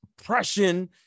oppression